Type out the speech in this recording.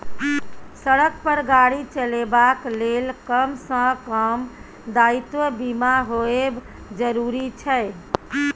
सड़क पर गाड़ी चलेबाक लेल कम सँ कम दायित्व बीमा होएब जरुरी छै